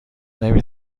نمی